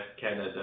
Canada